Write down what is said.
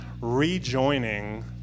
rejoining